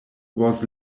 was